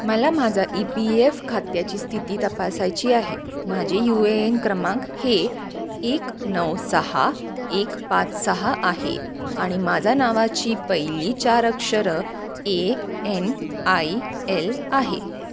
मला माझा E P F खात्याची स्थिती तपासायची आहे माझे यू ए एन क्रमांक हे एक नऊ सहा एक पाच सहा आहे आणि माझा नावाची पहिली चार अक्षरं ए एन आय एल आहे